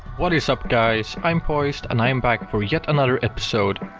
what is up guys, i'm poised and i am back for yet another episode!